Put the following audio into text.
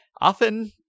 often